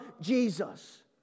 Jesus